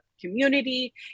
community